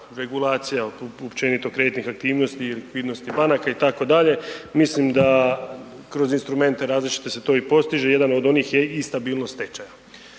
regulacija općenito kreditnih aktivnosti i likvidnosti banaka itd., mislim da kroz instrumente različite se to i postiže, jedan od onih je i stabilnost tečaja.